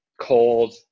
cold